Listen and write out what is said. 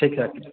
ठीक छै